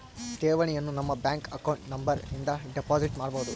ಠೇವಣಿಯನು ನಮ್ಮ bank account number ಇಂದ ಡೆಪೋಸಿಟ್ ಮಾಡ್ಬೊದು